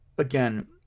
Again